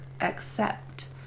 accept